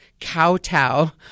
kowtow